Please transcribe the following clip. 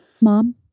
mom